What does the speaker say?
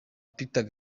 peter